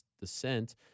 descent